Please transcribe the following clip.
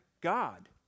God